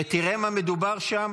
ותראה על מה מדובר שם.